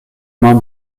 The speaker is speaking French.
main